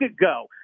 ago